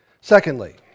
Secondly